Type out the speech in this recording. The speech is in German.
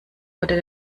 oder